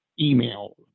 email